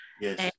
Yes